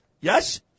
yes